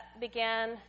began